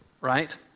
right